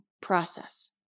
process